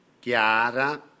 Chiara